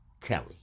telly